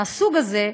מהסוג הזה,